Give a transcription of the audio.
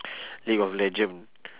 league of legend